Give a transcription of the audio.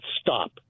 Stop